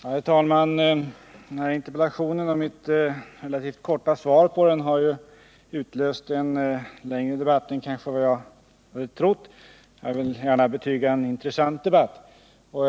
Nr 44 Herr talman! Interpellationen och mitt relativt korta svar på den har utlöst en längre debatt än vad jag kanske hade väntat mig. Jag vill betyga att det varit intressanta debattinlägg.